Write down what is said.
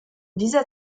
dieser